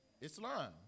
Islam